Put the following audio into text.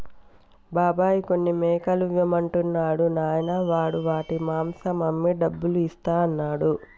బాబాయ్ కొన్ని మేకలు ఇవ్వమంటున్నాడు నాయనా వాడు వాటి మాంసం అమ్మి డబ్బులు ఇస్తా అన్నాడు